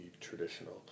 traditional